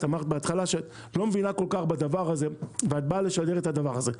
אמרת בהתחלה שאת לא מבינה כל כך בדבר הזה ואת באה לשדר את הדבר הזה.